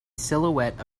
silhouette